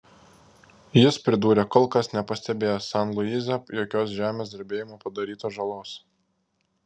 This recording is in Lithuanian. jis pridūrė kol kas nepastebėjęs san luise jokios žemės drebėjimo padarytos žalos